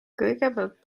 kõigepealt